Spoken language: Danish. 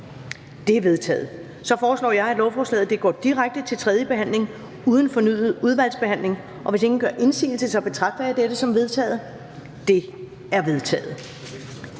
De er vedtaget. Jeg foreslår, at lovforslaget går direkte til tredje behandling uden fornyet udvalgsbehandling. Hvis ingen gør indsigelse, betragter jeg dette som vedtaget. Det er vedtaget.